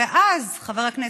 אז חבר הכנסת,